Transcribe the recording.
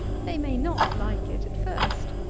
they may not like it at first.